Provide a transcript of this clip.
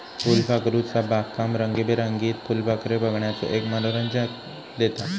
फुलपाखरूचा बागकाम रंगीबेरंगीत फुलपाखरे बघण्याचो एक मनोरंजन देता